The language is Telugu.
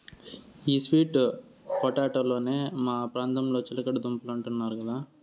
ఈ స్వీట్ పొటాటోలనే మా ప్రాంతంలో చిలకడ దుంపలంటున్నారు కదా